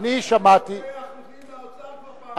אני שמעתי, אני רוצה אחוזים מהאוצר כבר פעם אחת.